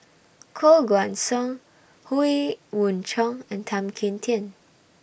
Koh Guan Song Howe Yoon Chong and Tan Kim Tian